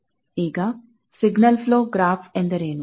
ಈಗ signal flow graph ಎಂದರೇನು